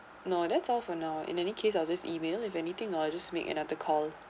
no that's all for now in any case I'll just email if anything I'll just make another call